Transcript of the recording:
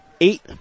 Eight